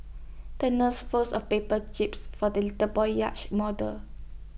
the nurse folds A paper jibs for the little boy's yacht model